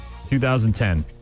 2010